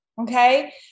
okay